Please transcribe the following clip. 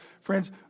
Friends